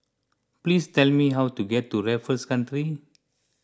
please tell me how to get to Raffles Country